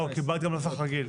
לא, קיבלת גם נוסח רגיל.